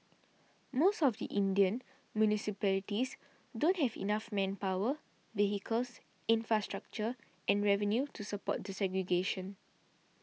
most of the Indian municipalities don't have enough manpower vehicles infrastructure and revenue to support the segregation